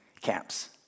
camps